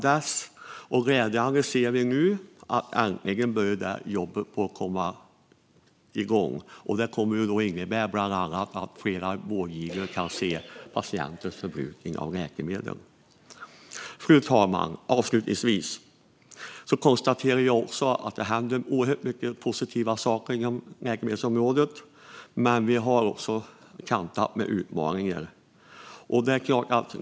Det är glädjande att vi nu äntligen ser att det jobbet börjar komma igång. Detta kommer bland annat att innebära att flera vårdgivare kan se patienters förbrukning av läkemedel. Fru talman! Avslutningsvis konstaterar jag att det händer oerhört många positiva saker inom läkemedelsområdet, men det är också kantat av utmaningar.